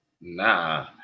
Nah